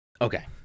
Okay